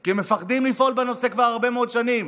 כי מפחדים לפעול בנושא כבר הרבה מאוד שנים.